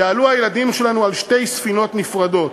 יעלו הילדים שלנו על שתי ספינות נפרדות.